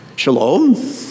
shalom